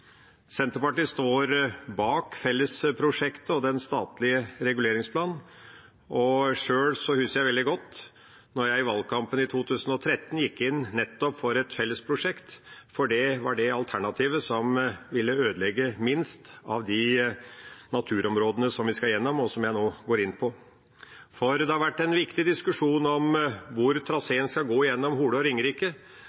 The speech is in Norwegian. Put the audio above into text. Senterpartiet står bak fellesprosjektet og den statlige reguleringsplanen. Sjøl husker jeg veldig godt da jeg i valgkampen 2013 gikk inn nettopp for et fellesprosjekt, for det var det alternativet som ville ødelegge minst av de naturområdene som vi skal gjennom, og som jeg nå går inn på. Det har vært en viktig diskusjon om hvor